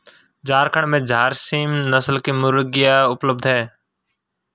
झारखण्ड में झारसीम नस्ल की मुर्गियाँ उपलब्ध है